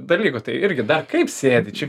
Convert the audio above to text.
dalykų tai irgi dar kaip sėdi čia